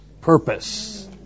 purpose